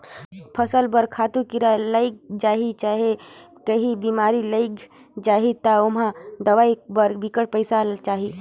फसल बर खातू, कीरा लइग जाही चहे काहीं बेमारी लइग जाही ता ओम्हां दवई बर बिकट पइसा चाही